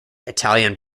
italian